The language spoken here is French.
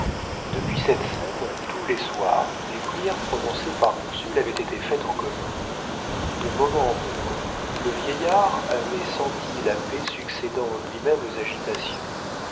depuis cette scène tous les soirs les prières prononcées par ursule avaient été faites en commun de moment en moment le vieillard avait senti la paix succédant en lui-même aux agitations